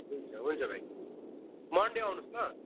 हुन्छ हुन्छ भाइ मन्डे आउनुहोस् ल